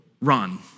run